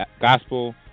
Gospel